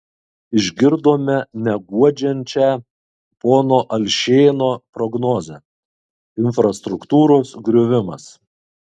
išgirdome neguodžiančią pono alšėno prognozę infrastruktūros griuvimas